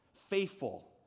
faithful